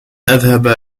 أذهب